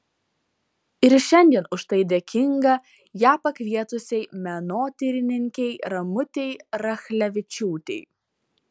ir šiandien už tai dėkinga ją pakvietusiai menotyrininkei ramutei rachlevičiūtei